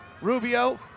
Rubio